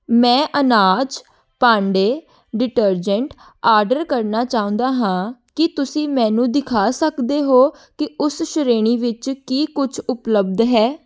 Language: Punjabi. ਮੈਂ ਅਨਾਜ ਭਾਂਡੇ ਡਿਟਰਜੈਂਟ ਆਰਡਰ ਕਰਨਾ ਚਾਹੁੰਦਾ ਹਾਂ ਕੀ ਤੁਸੀਂ ਮੈਨੂੰ ਦਿਖਾ ਸਕਦੇ ਹੋ ਕਿ ਉਸ ਸ਼੍ਰੇਣੀ ਵਿੱਚ ਕੀ ਕੁਝ ਉਪਲੱਬਧ ਹੈ